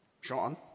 Sean